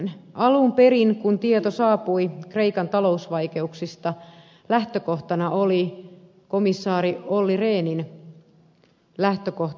alun perin kun tieto saapui kreikan talousvaikeuksista lähtökohtana oli komissaari olli rehnin lähtökohta